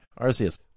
Arceus